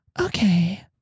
okay